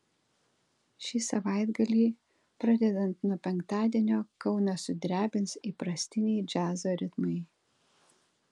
šį savaitgalį pradedant nuo penktadienio kauną sudrebins įprastiniai džiazo ritmai